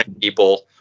people